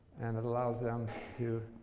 and it allows them to